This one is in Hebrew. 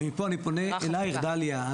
ומפה אני פונה אלייך, דליה.